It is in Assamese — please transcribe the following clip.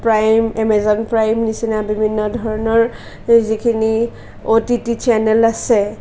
প্ৰাইম এমাজন প্ৰাইমৰ নিচিনা বিভিন্ন ধৰণৰ যিখিনি অ' টি টি চেনেল আছে